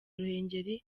ruhengeri